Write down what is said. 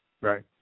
Right